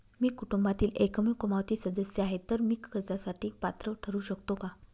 मी कुटुंबातील एकमेव कमावती सदस्य आहे, तर मी कर्जासाठी पात्र ठरु शकतो का?